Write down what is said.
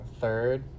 Third